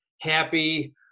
happy